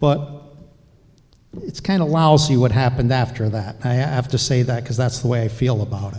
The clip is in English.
but it's kind of lousy what happened after that i have to say that because that's the way feel about it